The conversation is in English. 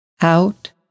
out